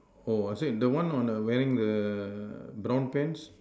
oh I said the one on a wearing the brown pants